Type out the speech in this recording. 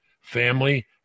family